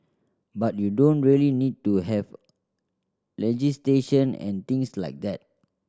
but you don't really need to have legislation and things like that